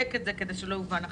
לדייק את זה כדי שלא יובן אחרת.